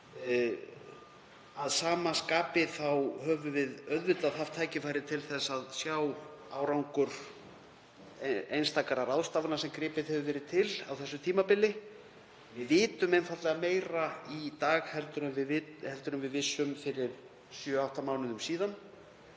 Að sama skapi höfum við haft tækifæri til að sjá árangur einstakra ráðstafana sem gripið hefur verið til á þessu tímabili. Við vitum einfaldlega meira í dag en við vissum fyrir sjö, átta mánuðum síðan